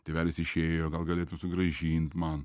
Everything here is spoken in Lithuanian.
tėvelis išėjo gal galėtum sugrąžint man